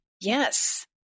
Yes